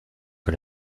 que